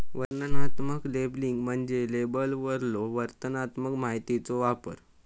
वर्णनात्मक लेबलिंग म्हणजे लेबलवरलो वर्णनात्मक माहितीचो वापर